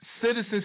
citizens